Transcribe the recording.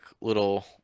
Little